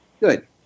Good